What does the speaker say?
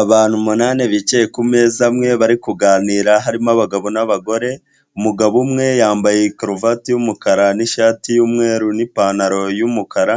Abantu umunane bicaye kumeza amwe bari kuganira harimo abagabo n'abagore, umugabo umwe yambaye karuvati y'umukara n'ishati y'umweru n'ipantaro y'umukara,